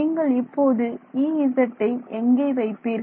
நீங்கள் இப்போது Ezஐ எங்கே வைப்பீர்கள்